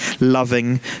loving